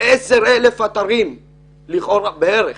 10,000 אתרים בערך.